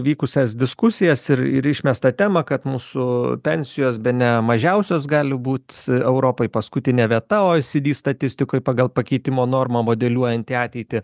vykusias diskusijas ir ir išmestą temą kad mūsų pensijos bene mažiausios gali būt europoj paskutinė vieta o e si di statistikoj pagal pakeitimo normą modeliuojanti ateitį